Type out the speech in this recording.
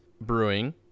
Brewing